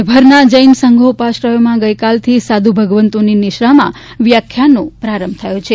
રાજ્યભરના જૈન સંઘો ઉપાશ્રયોમાં ગઇકાલથી સાધુ ભગવંતોની નિશ્રામાં વ્યાખ્યાનનો પ્રારંભ થયો છે